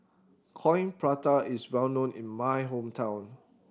Coin Prata is well known in my hometown